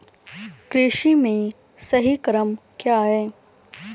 कृषि में सही क्रम क्या है?